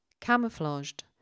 Camouflaged